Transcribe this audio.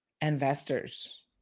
investors